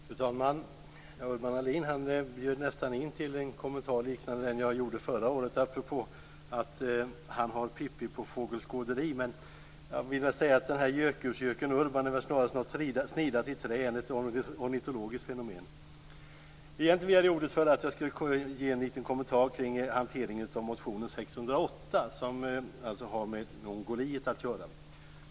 Fru talman! Urban Ahlin bjöd nästan in till en kommentar liknande den jag gjorde förra året apropå att han har pippi på fågelskåderi. Men gökursgöken Urban är väl snarast något som är snidat i trä och inte något ornitologiskt fenomen. Egentligen begärde jag ordet för att jag skulle ge en liten kommentar kring hanteringen av motion 608, som har med Mongoliet att göra.